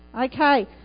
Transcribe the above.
Okay